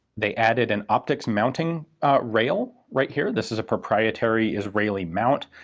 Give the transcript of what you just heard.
they added an optics mounting rail right here. this is a proprietary israeli mount.